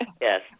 Yes